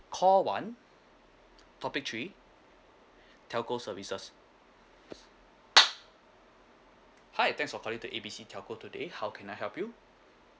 call one topic three telco services hi thanks for calling to A B C telco today how can I help you